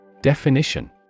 Definition